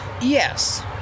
Yes